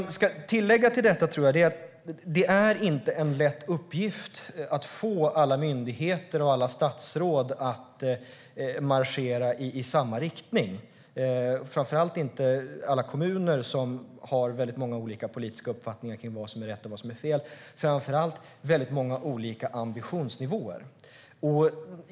Det är inte en lätt uppgift att få alla myndigheter och statsråd att marschera i samma riktning och framför allt inte alla kommuner där det råder många olika politiska uppfattningar om vad som är rätt och fel och väldigt olika ambitionsnivåer.